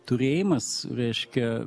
turėjimas reiškia